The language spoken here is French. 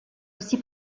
aussi